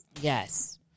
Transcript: Yes